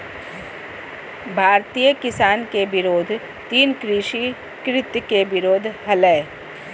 भारतीय किसान के विरोध तीन कृषि कृत्य के विरोध हलय